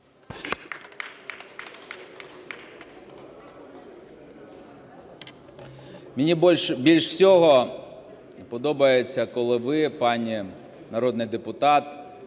Мені більш всього подобається, коли ви, пані народний депутат,